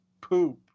poop